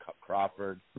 Crawford